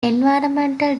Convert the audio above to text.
environmental